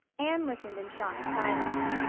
anne listened in shocked silence.